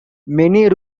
many